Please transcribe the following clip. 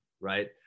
right